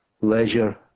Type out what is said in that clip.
leisure